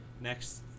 next